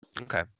Okay